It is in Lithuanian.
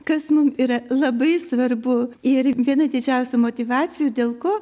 kas mum yra labai svarbu ir viena didžiausių motyvacijų dėl ko